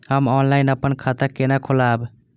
हम ऑनलाइन अपन खाता केना खोलाब?